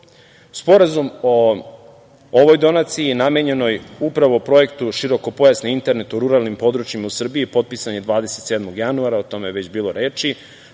evra. Sporazum o ovoj donaciji namenjenoj upravo projektu širokopojasni internet u ruralnim područjima u Srbiji, potpisan je 27. januara, o tome je već bilo reči,